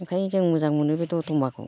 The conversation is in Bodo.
ओंखायनो जों मोजां मोनो बे द'तमाखौ